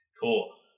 Cool